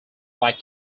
like